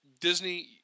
Disney